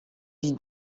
die